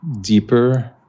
deeper